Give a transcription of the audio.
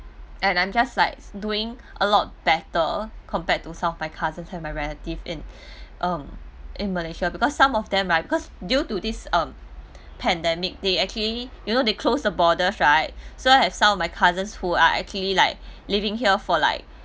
and I'm just like doing a lot better compared to some of my cousin and relative in um in malaysia because some of them right because due to this um pandemic they actually you know they close the borders right so I have some of my cousin who are actually like living here for like